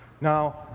Now